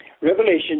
Revelation